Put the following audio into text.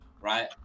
right